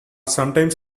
sometimes